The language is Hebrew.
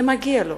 זה מגיע לו,